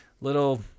little